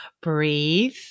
breathe